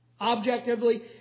Objectively